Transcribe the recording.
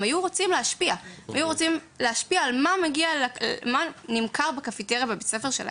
הם היו רוצים להשפיע על מה נמכר בקפיטריה בבתי הספר שלהם.